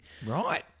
Right